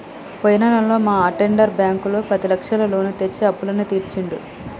పోయిన నెలలో మా అటెండర్ బ్యాంకులో పదిలక్షల లోను తెచ్చి అప్పులన్నీ తీర్చిండు